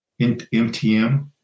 MTM